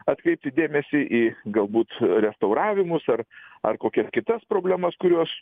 atkreipti dėmesį į galbūt restauravimus ar ar kokias kitas problemas kurios